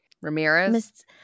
Ramirez